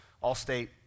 all-state